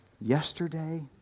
yesterday